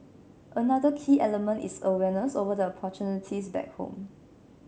another key element is awareness over the opportunities back home